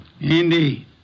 Indeed